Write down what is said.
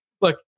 look